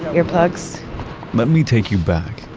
earplugs let me take you back.